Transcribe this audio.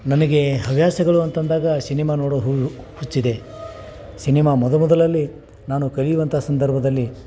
ನನಗೆ ಹವ್ಯಾಸಗಳು ಅಂತಂದಾಗ ಸಿನಿಮಾ ನೋಡೋ ಹುಚ್ಚಿದೆ ಸಿನಿಮಾ ಮೊದಮೊದಲಲ್ಲಿ ನಾನು ಕಲಿಯುವಂಥ ಸಂದರ್ಭದಲ್ಲಿ